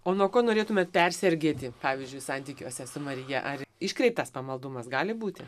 o nuo ko norėtumėt persergėti pavyzdžiui santykiuose su marija ar iškreiptas pamaldumas gali būti